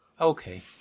Okay